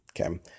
Okay